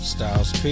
Styles